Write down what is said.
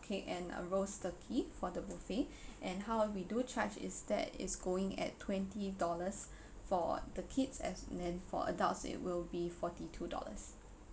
cake and uh roast turkey for the buffet and how we do charge is that it's going at twenty dollars for the kids as and then for adults it will be forty two dollars